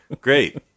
great